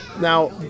Now